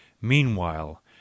Meanwhile